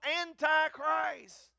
anti-Christ